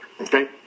okay